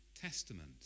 Testament